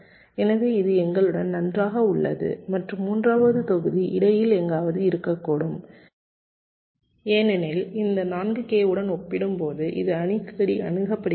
எனவே இது எங்களுடன் நன்றாக உள்ளது மற்றும் மூன்றாவது தொகுதி இடையில் எங்காவது இருக்கக்கூடும் ஏனெனில் இந்த 4 கே உடன் ஒப்பிடும்போது இது அடிக்கடி அணுகப்படுகிறது